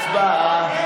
הצבעה.